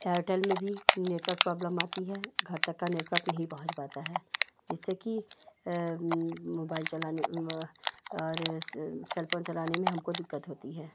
Airtel में भी network problem आती है घर तक का नेटवर्क नहीं पहुँच पाता है जिससे कि मोबाइल चलाने व और इस सेलफ़ोन चलाने में हमको दिक्कत होती है